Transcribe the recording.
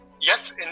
yes